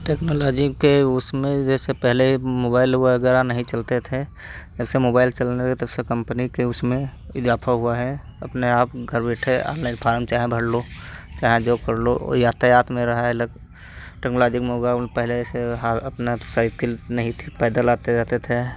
technology के उसमें जैसे पहले मोबाइल वग़ैरह नहीं चलते थे जब से मोबाइल चलने लगे तब से कम्पनी के उसमें इज़ाफा हुआ है अपने आप घर बैठे ऑनलाइन फॉर्म चाहे भर लो चाहे जो कर लो यातायात में रह पहले से हाल अपना साइकिल नहीं थी पैदल आते जाते थे